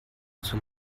zum